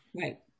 Right